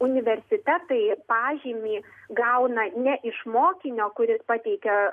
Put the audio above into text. universitetai pažymį gauna ne iš mokinio kuris pateikia